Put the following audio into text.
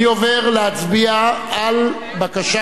אני עובר להצביע על הבקשה